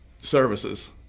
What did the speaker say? services